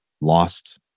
lost